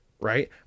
right